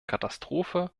katastrophe